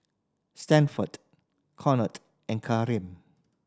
Stanford Conor and Kareem